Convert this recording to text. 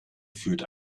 führt